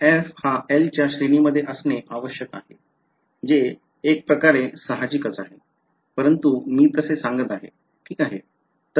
तर f हा L च्या श्रेणीमध्ये असणे आवश्यक आहे जे एक प्रकारे साहजिकच आहे परंतु मी तसे सांगत आहे ठीक आहे